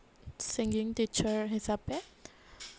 singing teacher হিচাপে